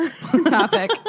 topic